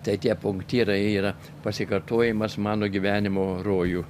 tai tie punktyrai yra pasikartojimas mano gyvenimo rojų